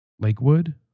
Lakewood